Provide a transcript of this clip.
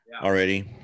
already